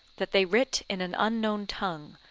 that they writ in an unknown tongue,